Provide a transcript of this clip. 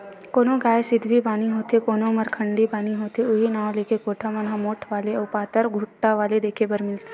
कोनो गाय सिधवी बानी होथे कोनो मरखंडी बानी होथे उहीं नांव लेके कोठा मन म मोठ्ठ वाले अउ पातर वाले खूटा देखे बर मिलथे